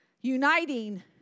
uniting